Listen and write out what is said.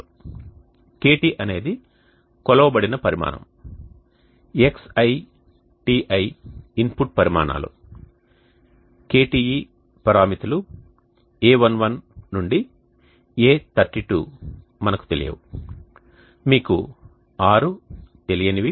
KT అనేది కొలవబడిన పరిమాణం xi τi ఇన్పుట్ పరిమాణాలు KTe పరామితులు a11 నుండి a32 మనకు తెలియవు మీకు 6 తెలియనివి